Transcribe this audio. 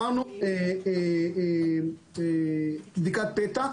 בדיקת פתע,